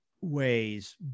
ways